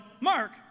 Mark